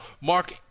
Mark